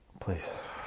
Please